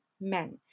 men